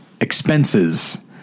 expenses